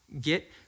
Get